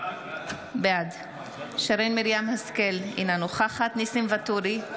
בעד שרן מרים השכל, אינה נוכחת ניסים ואטורי,